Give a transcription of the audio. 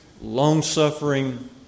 long-suffering